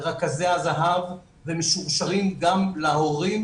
לרכזי הזה"ב ומשורשרים גם להורים,